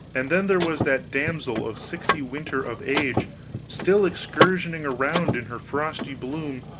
and then there was that damsel of sixty winter of age still excursioning around in her frosty bloom